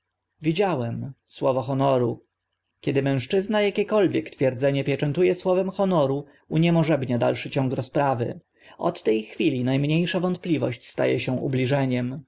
widziałem słowo honoru kiedy mężczyzna akiekolwiek twierdzenie pieczętu e słowem honoru uniemożebnia dalszy ciąg rozprawy od te chwili na mnie sza wątpliwość sta e się ubliżeniem